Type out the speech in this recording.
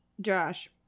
Josh